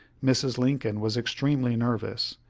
mrs. lincoln was extremely nervous,